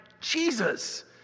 Jesus